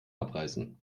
abreißen